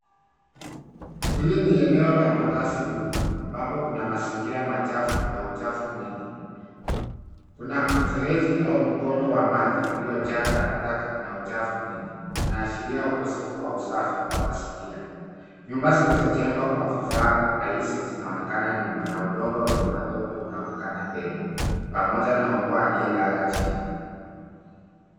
Hili ni eneo la makaazi duni ambapo kuna mazingira machafu na uchafu mwingi. Kuna mfereji au mkondo wa maji uliojaa takataka na uchafu mwingi, unaashiria ukosefu wa usafi wa mazingira. Nyumba zilizojengwa kwa vifaa rahisi zinaonekana nyuma na udongo yenye matope unaonekana mbele pamoja na mbwa aliyelala chini.